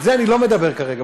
על זה אני לא מדבר כרגע,